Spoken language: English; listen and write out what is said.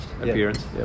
appearance